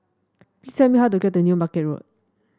please tell me how to get to New Market Road